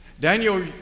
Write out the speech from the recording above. Daniel